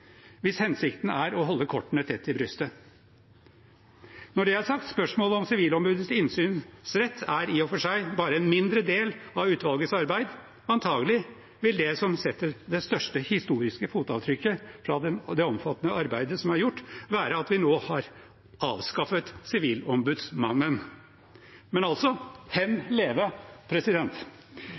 hvis hensikten er å holde kortene tett til brystet. Når det er sagt: Spørsmålet om sivilombudets innsynsrett er i og for seg bare en mindre del av utvalgets arbeid. Antakelig vil det som setter det største historiske fotavtrykket fra det omfattende arbeidet som er gjort, være at vi nå avskaffer Sivilombudsmannen. Hen leve, president!